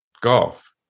golf